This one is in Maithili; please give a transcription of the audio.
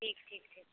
ठीक ठीक छै राखए